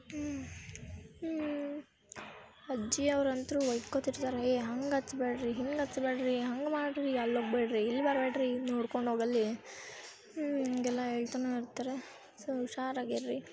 ಹ್ಞೂ ಹ್ಞೂ ಅಜ್ಜಿ ಅವ್ರಂತೂ ಬಯ್ಕೊತಿರ್ತಾರೆ ಏ ಹಂಗೆ ಹಚ್ಬೇಡ್ರಿ ಹಿಂಗೆ ಹಚ್ಬೇಡ್ರಿ ಹಂಗೆ ಮಾಡಿರಿ ಅಲ್ಲಿ ಹೋಗ್ಬೇಡ್ರಿ ಇಲ್ಲಿ ಬರಬೇಡ್ರಿ ನೋಡ್ಕೊಂಡು ಹೋಗಲ್ಲಿ ಹಿಂಗೆಲ್ಲ ಹೇಳ್ತನೇ ಇರ್ತಾರೆ ಸೊ ಹುಷಾರಾಗಿರ್ರಿ